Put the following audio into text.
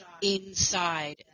inside